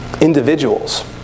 Individuals